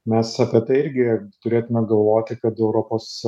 mes apie tai irgi turėtumėm galvoti kad europos